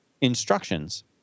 instructions